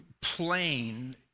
plain